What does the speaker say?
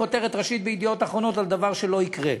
כותרת ראשית ב"ידיעות אחרונות" על דבר שלא יקרה.